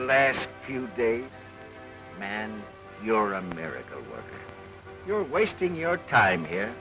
last few days man your america you're wasting your time here